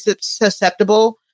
susceptible